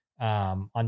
On